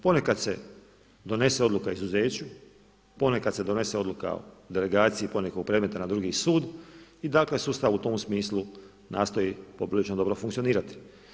Ponekad se donese odluka o izuzeću, ponekad se donese odluka o delegaciji ponekog predmeta na drugi sud i dakle sustav u tom smislu nastoji poprilično dobro funkcionirati.